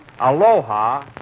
Aloha